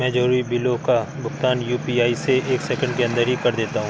मैं जरूरी बिलों का भुगतान यू.पी.आई से एक सेकेंड के अंदर ही कर देता हूं